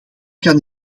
kan